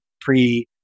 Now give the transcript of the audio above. pre